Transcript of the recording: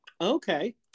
okay